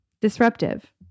disruptive